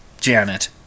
Janet